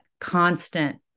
constant